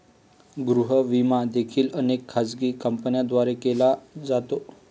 गृह विमा देखील अनेक खाजगी कंपन्यांद्वारे केला जातो